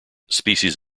species